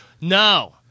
no